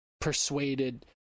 persuaded